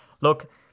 look